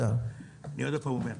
אני עוד פעם אומר,